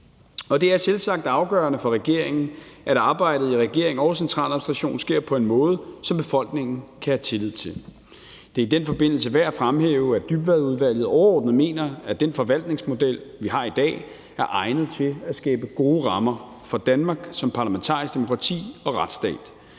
Og det er selvsagt afgørende for regeringen, at arbejdet i regeringen og centraladministrationen sker på en måde, som befolkningen kan have tillid til. Det er i den forbindelse værd at fremhæve, at Dybvadudvalget overordnet mener, at den forvaltningsmodel, vi har i dag, er egnet til at skabe gode rammer for Danmark som parlamentarisk demokrati og retsstat.